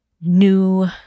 new